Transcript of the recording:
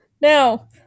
Now